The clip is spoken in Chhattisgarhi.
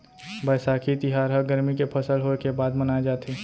बयसाखी तिहार ह गरमी के फसल होय के बाद मनाए जाथे